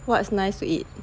what's nice to eat